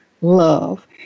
love